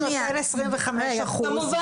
כמובן